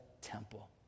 temple